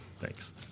Thanks